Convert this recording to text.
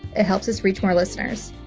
it helps us reach more listeners.